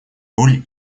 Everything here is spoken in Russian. роль